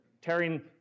tearing